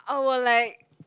I will like